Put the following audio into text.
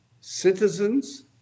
citizens